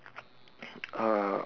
uh